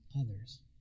others